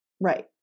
Right